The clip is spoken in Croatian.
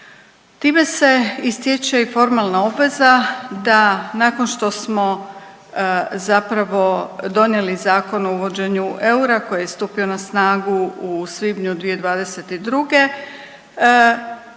Time se i stječe i formalna obveza da nakon što smo zapravo donijeli Zakon o uvođenju eura koji je stupio na snagu u svibnju 2022.